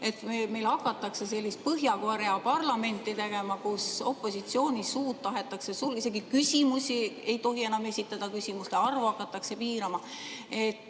et meil hakatakse sellist Põhja-Korea parlamenti tegema, kus opositsiooni suud tahetakse sulgeda, isegi küsimusi ei tohi enam esitada, küsimuste arvu hakatakse piirama.